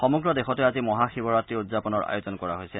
সমগ্ৰ দেশতে আজি মহা শিৱৰাত্ৰি উদযাপনৰ আয়োজন কৰা হৈছে